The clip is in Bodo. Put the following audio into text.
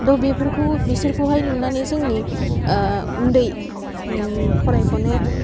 दा बेफोरखौ बिसोरखौहाय नुनानै जोंनि उन्दै फरायफुनाय